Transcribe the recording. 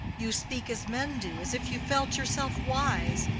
you speak as men do as if you felt yourself wise.